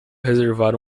reservar